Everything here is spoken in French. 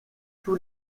tous